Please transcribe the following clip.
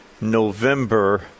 november